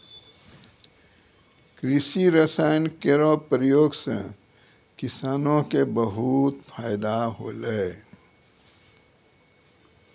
कृषि रसायन केरो प्रयोग सँ किसानो क बहुत फैदा होलै